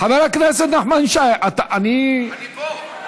חבר הכנסת נחמן שי, אני, אני פה.